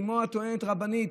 כמו הטוענת הרבנית,